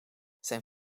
zijn